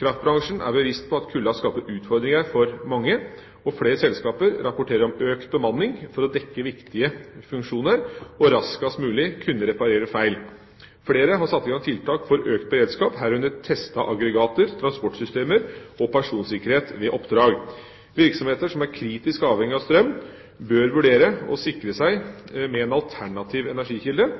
Kraftbransjen er bevisst på at kulden skaper utfordringer for mange, og flere selskaper rapporterer om økt bemanning for å dekke viktige funksjoner og raskest mulig kunne reparere feil. Flere har satt i gang tiltak for økt beredskap, herunder testet aggregater, transportsystemer og personsikkerhet ved oppdrag. Virksomheter som er kritisk avhengige av strøm, bør vurdere å sikre seg med en alternativ energikilde.